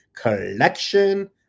collection